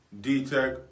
D-Tech